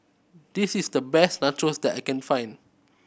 this is the best Nachos that I can find